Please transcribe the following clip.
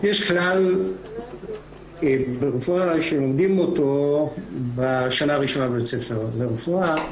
יש כלל ברפואה שלומדים אותו בשנה הראשונה בבית ספר לרפואה,